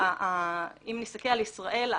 אם נסתכל על ישראל,